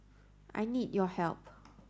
I need your help